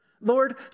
Lord